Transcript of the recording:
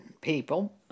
people